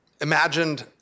imagined